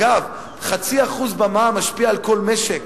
אגב, 0.5% במע"מ משפיע על כל משק,